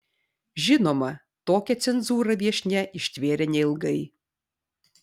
žinoma tokią cenzūrą viešnia ištvėrė neilgai